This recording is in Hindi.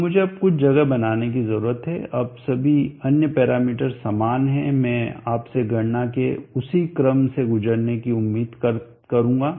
तो मुझे अब कुछ जगह बनाने की ज़रूरत है अब सभी अन्य पैरामीटर समान हैं मैं आपसे गणना के उसी क्रम से गुजरने की उम्मीद करूंगा